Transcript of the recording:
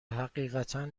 حقیقتا